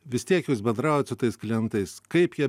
vis tiek jūs bendraujat su tais klientais kaip jie